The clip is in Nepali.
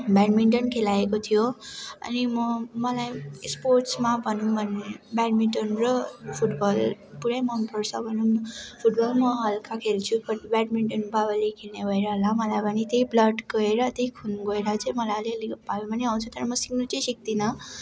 ब्याडमिन्टन खेलाएको थियो अनि म मलाई स्पोर्ट्समा भनौँ भने ब्याडमिन्टन र फुटबल पुरै मनपर्छ भनौँ न फुटबल म हल्का खेल्छु बट ब्याडमिन्टन बाबाले खेल्ने भएर होला मलाई पनि त्यही ब्लड गएर त्यही खुन गएर चाहिँ मलाई अलिअलि पारा पनि आउँछ तर म सिक्नु चाहिँ सिक्दनँ